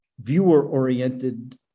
viewer-oriented